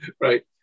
right